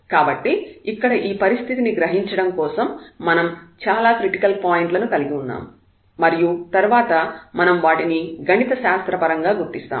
కాబట్టి ఇక్కడ ఈ పరిస్థితిని గ్రహించడం కోసం మనం చాలా క్రిటికల్ పాయింట్లను కలిగి ఉన్నాము మరియు తర్వాత మనం వాటిని గణిత శాస్త్ర పరంగా గుర్తిస్తాము